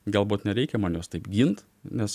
galbūt nereikia man jos taip gint nes